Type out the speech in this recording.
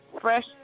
fresh